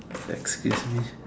excuse me